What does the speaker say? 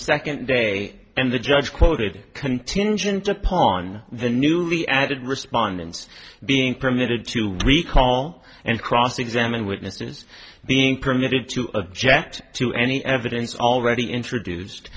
second day and the judge quoted contingent upon the nuvi added respondents being permitted to recall and cross examine witnesses being permitted to object to any evidence already introduced